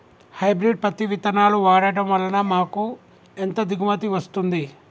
Hybrid పత్తి విత్తనాలు వాడడం వలన మాకు ఎంత దిగుమతి వస్తుంది?